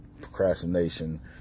procrastination